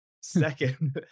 Second